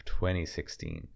2016